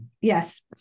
yes